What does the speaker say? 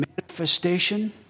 manifestation